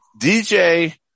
DJ